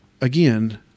again